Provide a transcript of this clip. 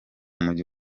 mujyi